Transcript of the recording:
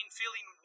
feeling